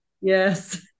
Yes